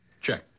Check